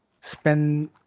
spend